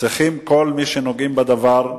צריכים כל מי שנוגעים בדבר,